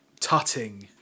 tutting